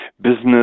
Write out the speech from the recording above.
business